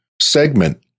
segment